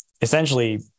essentially